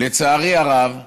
לצערי הרב,